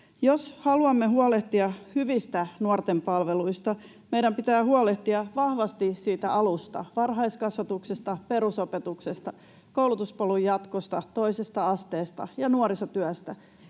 Jos haluamme huolehtia hyvistä nuorten palveluista, meidän pitää huolehtia vahvasti siitä alusta, varhaiskasvatuksesta, perusopetuksesta, koulutuspolun jatkosta, toisesta asteesta ja nuorisotyöstä,